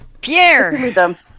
Pierre